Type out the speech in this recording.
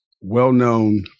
well-known